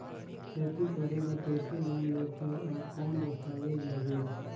खेती करे बर कइसे लोन लेथे और कौन दस्तावेज लगेल?